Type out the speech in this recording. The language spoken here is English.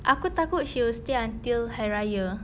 aku takut she will stay until hari raya